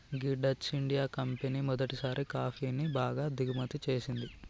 గీ Dutch India company మొదటిసారి కాఫీని బాగా దిగుమతి చేసింది